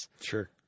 Sure